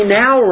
now